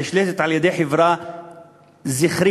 הנשלטת על-ידי חברה זכרית,